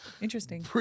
Interesting